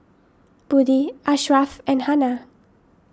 Budi Ashraf and Hana